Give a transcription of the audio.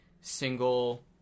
single